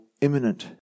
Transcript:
imminent